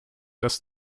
dass